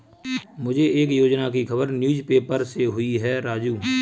मुझे एक योजना की खबर न्यूज़ पेपर से हुई है राजू